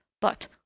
but